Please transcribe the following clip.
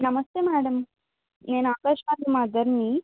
నమస్తే మేడం నేను ఆకాష్ వాళ్ళ మదర్ని